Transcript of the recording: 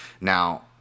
Now